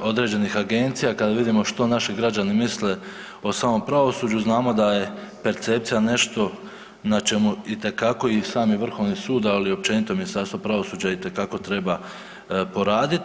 određenih agencija kada vidimo što naši građani misle o samom pravosuđu, znamo da je percepcija nešto na čemu itekako i sami Vrhovni sud, ali općenito i Ministarstvo pravosuđa itekako treba poraditi.